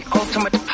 ultimate